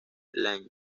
lange